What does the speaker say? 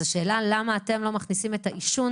השאלה היא למה אתם לא מכניסים את העישון